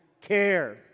care